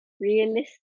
Realistic